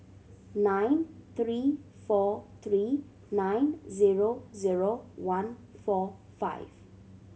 nine three four three nine zero zero one four five